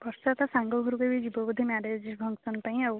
ବର୍ଷା ତ ସାଙ୍ଗ ଘରକୁ ବି ଯିବୁ ମ୍ୟାରେଜ୍ ଫଙ୍କସନ୍ ପାଇଁ ଆଉ